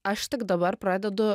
aš tik dabar pradedu